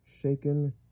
shaken